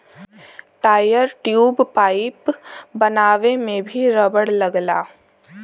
tyre, tube, pipe बनावे में भी रबड़ लगला